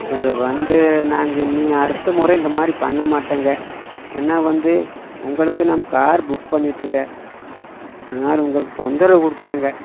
இதில் வந்து நாங்கள் இனி அடுத்த முறை இந்த மாதிரி பண்ண மாட்டேங்க ஏன்னால் வந்து உங்களுக்கு நம்ம கார் புக் பண்ணிட்டோங்க அதனால் உங்களுக்குத் தொந்தரவு கொடுத்துட்டேங்க